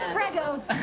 preg goes.